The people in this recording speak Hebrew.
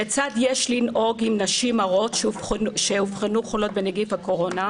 כיצד יש לנהוג עם נשים הרות שאובחנו חולות בנגיף הקורונה.